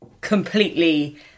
completely